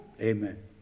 Amen